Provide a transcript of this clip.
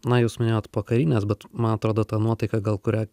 na jūs minėjot pokarines bet man atrodo ta nuotaika gal kurią